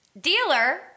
Dealer